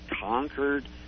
conquered